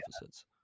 deficits